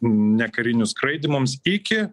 nekarinių skraidymams iki